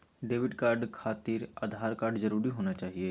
Debit card खातिर Aadhaar card जरूरी होना चाहिए?